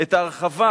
את ההרחבה